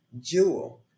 jewel